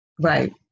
Right